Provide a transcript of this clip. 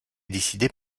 décidée